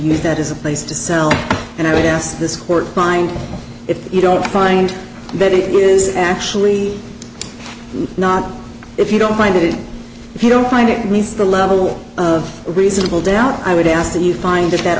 use that as a place to sell and i would ask this court find if you don't find that it is actually not if you don't find it if you don't find it with the level of reasonable doubt i would ask that you find that